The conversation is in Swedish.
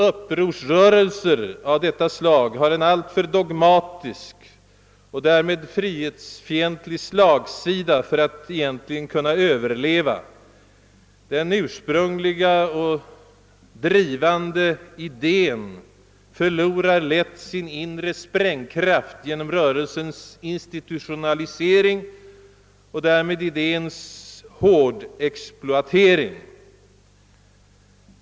Upprorsrörelser av detta slag har en alltför dogmatisk och därmed frihetsfientlig slagsida för att egentligen kunna överleva. Den ursprungliga och drivande idén förlorar lätt sin inre sprängkraft genom rörelsens institutionalisering och därmed idéns hårdexploatering.